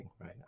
right